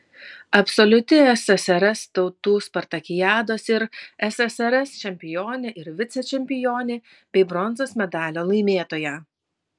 absoliuti ssrs tautų spartakiados ir ssrs čempionė ir vicečempionė bei bronzos medalio laimėtoja